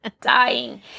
dying